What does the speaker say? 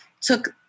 took